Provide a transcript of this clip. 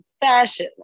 fashion